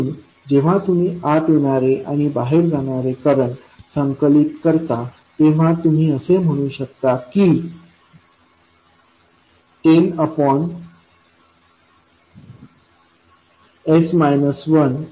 म्हणून जेव्हा तुम्ही आत येणारे आणि बाहेर जाणारे करंट संकलित करता तेव्हा तुम्ही असे म्हणू शकता की 10s1 V01020